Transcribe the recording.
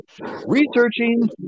researching